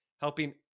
helping